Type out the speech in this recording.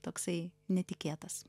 toksai netikėtas